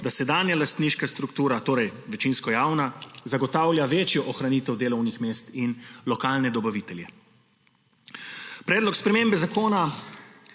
da sedanja lastniška struktura, torej večinsko javna, zagotavlja večjo ohranitev delovnih mest in lokalne dobavitelje. Predlog spremembe zakona